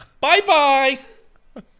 Bye-bye